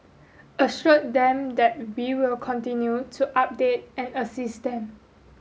assured them that we will continue to update and assist them